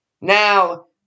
Now